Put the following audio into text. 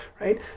right